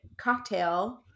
cocktail